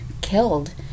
killed